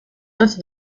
tots